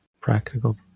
practical